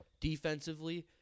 defensively